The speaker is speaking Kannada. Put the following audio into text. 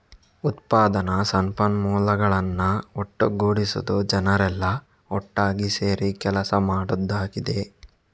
ಉತ್ಪಾದನಾ ಸಂಪನ್ಮೂಲಗಳನ್ನ ಒಟ್ಟುಗೂಡಿಸುದು ಜನರೆಲ್ಲಾ ಒಟ್ಟಾಗಿ ಸೇರಿ ಕೆಲಸ ಮಾಡುದಾಗಿದೆ